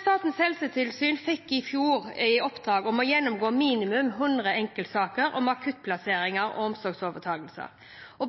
Statens helsetilsyn fikk i fjor i oppdrag å gjennomgå minimum 100 enkeltsaker om akuttplassering og omsorgsovertakelse.